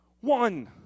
one